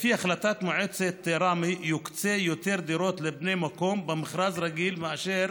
לפי החלטת מועצת רמ"י יוקצו יותר דירות לבני המקום במכרז רגיל מאשר